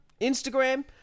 Instagram